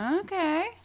Okay